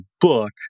book